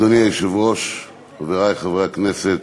אדוני היושב-ראש, חברי חברי הכנסת,